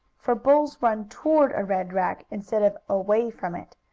for bulls run toward a red rag, instead of away from it,